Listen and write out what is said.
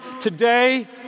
today